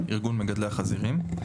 ארגון מגדלי החזירים.